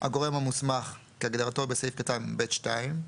"הגורם המוסמך" כהגדרתו בסעיף קטן (ב)(2).